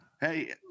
Hey